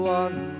one